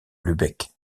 lübeck